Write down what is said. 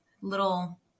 little